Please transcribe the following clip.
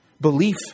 Belief